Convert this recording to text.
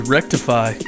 rectify